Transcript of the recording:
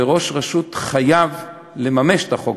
וראש רשות חייב לממש את החוק.